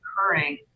occurring